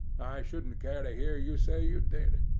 i shouldn't care to hear you say you did.